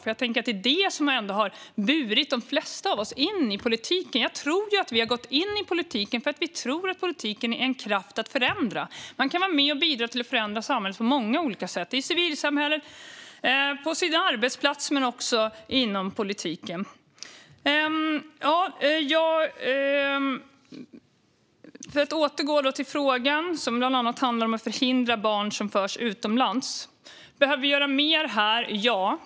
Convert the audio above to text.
Det är väl ändå det här som har burit de flesta av oss in i politiken. Vi har gått in i politiken för att vi tror att politiken är en kraft för att förändra. Man kan vara med och bidra till att förändra samhället på många olika sätt - i civilsamhället, på sin arbetsplats men också inom politiken. Jag återgår till frågan, som bland annat handlar om att förhindra att barn förs utomlands. Behöver vi göra mer här? Ja.